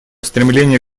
стремление